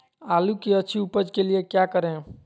आलू की अच्छी उपज के लिए क्या करें?